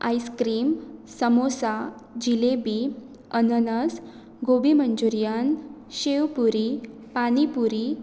ice cream samosa jalebi अननस gobi Manchurian sev puri pani पुरी